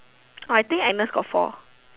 orh I think Agnes got four